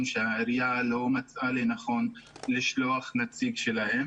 שהעירייה לא מצאה לנכון לשלוח נציג שלה,